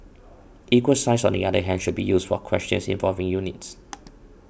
equal signs on the other hand should be used for questions involving units